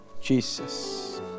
Jesus